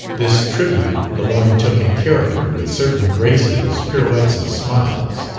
this tribute lemoyne took in character, with certain graces, pirouettes and smiles.